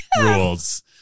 rules